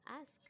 ask